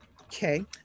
okay